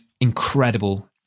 incredible